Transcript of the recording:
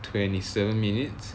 twenty seven minutes